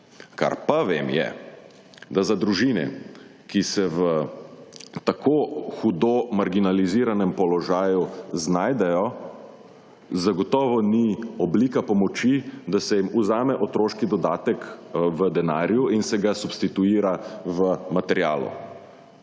Kar pa vem, je, da za družine, ki se v tako hudo marginaliziranem položaju znajdejo, zagotovo ni oblika pomoči, da se jim vzame otroški dodatek v denarju in se ga substituira v materialu.